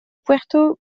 puerto